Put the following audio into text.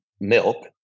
milk